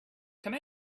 come